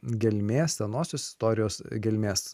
gelmės senosios istorijos gelmes